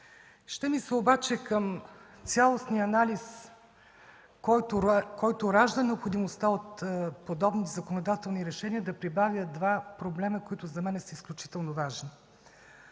Ще ми се обаче към цялостния анализ, който ражда необходимостта от подобни законодателни решения, да прибавя два проблема, които за мен са изключително важни.